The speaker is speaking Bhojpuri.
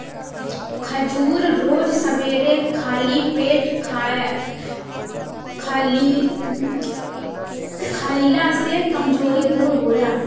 खजूर रोज सबेरे खाली पेटे खइला से कमज़ोरी दूर होला